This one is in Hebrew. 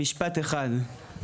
משפט אחד.